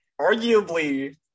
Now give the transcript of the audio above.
arguably